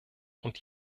und